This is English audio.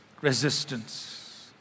resistance